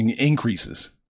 increases